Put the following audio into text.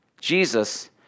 Jesus